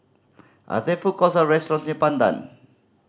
are there food courts or restaurants near Pandan